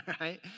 right